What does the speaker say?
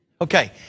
Okay